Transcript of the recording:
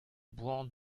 boan